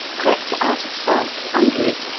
crept out of sight under it,